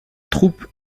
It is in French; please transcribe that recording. troupe